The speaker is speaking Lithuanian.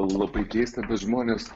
labai keista bet žmonės